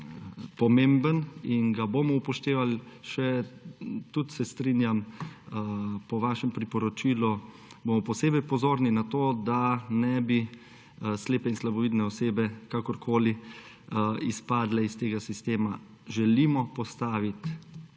pomemben, in ga bomo upoštevali. Tudi se strinjam, po vašem priporočilu bomo posebej pozorni na to, da ne bi slepe in slabovidne osebe kakorkoli izpadle iz tega sistema. Želimo postaviti